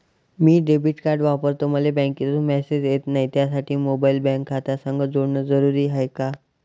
मी debit card वापरतो मले बँकेतून मॅसेज येत नाही, त्यासाठी मोबाईल बँक खात्यासंग जोडनं जरुरी हाय का?